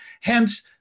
Hence